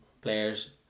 players